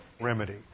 remedy